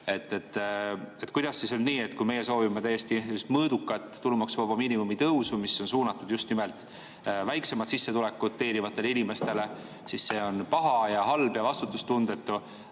Kuidas on nii, et kui meie soovime täiesti mõõdukat tulumaksuvaba miinimumi tõusu, mis on suunatud just nimelt väiksemat sissetulekut teenivatele inimestele, siis see on paha ja halb ja vastutustundetu,